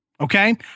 Okay